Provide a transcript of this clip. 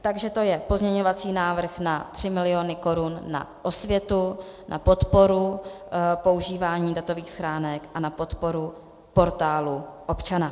Takže to je pozměňovací návrh na 3 miliony korun na osvětu, na podporu používání datových schránek a na podporu Portálu občana.